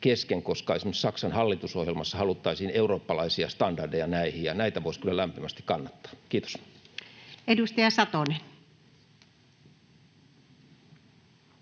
koska esimerkiksi Saksan hallitusohjelmassa haluttaisiin eurooppalaisia standardeja näihin, ja niitä voisi kyllä lämpimästi kannattaa. — Kiitos. [Speech